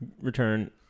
Return